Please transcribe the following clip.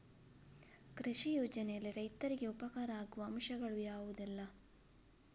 ಕೃಷಿ ಯೋಜನೆಯಲ್ಲಿ ರೈತರಿಗೆ ಉಪಕಾರ ಆಗುವ ಅಂಶಗಳು ಯಾವುದೆಲ್ಲ?